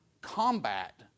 combat